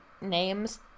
names